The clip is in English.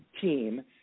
team